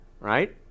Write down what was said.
Right